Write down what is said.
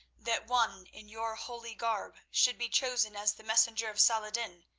that one in your holy garb should be chosen as the messenger of saladin,